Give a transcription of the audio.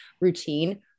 routine